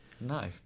No